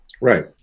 Right